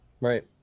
right